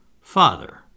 Father